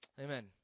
Amen